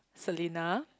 Selena